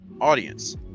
audience